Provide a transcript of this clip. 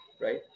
right